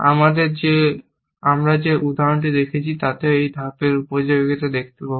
আমরা যে উদাহরণটি দেখছি তাতে এই ধাপের উপযোগিতা দেখতে পাব